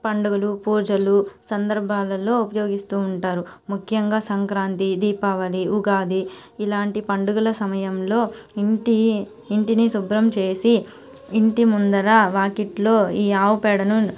పండుగలు పూజలు సందర్భాలలో ఉపయోగిస్తూ ఉంటారు ముఖ్యంగా సంక్రాంతి దీపావళి ఉగాది ఇలాంటి పండుగల సమయంలో ఇంటి ఇంటిని శుభ్రం చేసి ఇంటి ముందర వాకిట్లో ఈ ఆవుపేడను